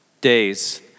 days